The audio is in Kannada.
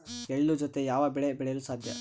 ಎಳ್ಳು ಜೂತೆ ಯಾವ ಬೆಳೆ ಬೆಳೆಯಲು ಸಾಧ್ಯ?